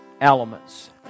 elements